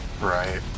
right